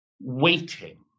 waiting